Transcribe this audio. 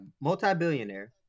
multi-billionaire